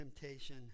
temptation